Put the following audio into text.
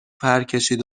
پرکشید